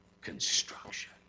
construction